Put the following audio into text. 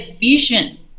vision